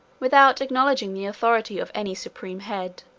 without acknowledging the authority of any supreme head,